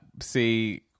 See